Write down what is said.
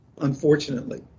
unfortunately